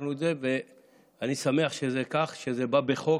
חוקקנו את זה, ואני שמח שזה כך, שזה בא בחוק,